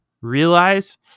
realize